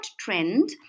trend